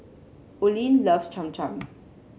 Oline loves Cham Cham